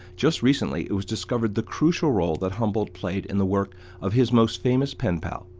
just recently it was discovered the crucial role that humboldt played in the work of his most famous pen-pal,